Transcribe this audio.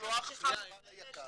למשלוח --- ליק"ר: